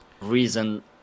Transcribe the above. reason